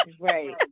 Right